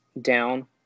down